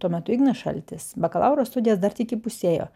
tuo metu ignas šaltis bakalauro studijas dar tik įpusėjo